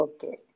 Okay